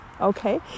okay